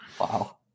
Wow